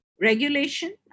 Regulation